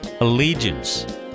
allegiance